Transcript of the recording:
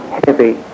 heavy